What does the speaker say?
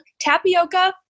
tapioca